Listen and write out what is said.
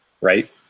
right